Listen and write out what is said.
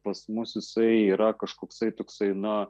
pas mus jisai yra kažkoks toksai na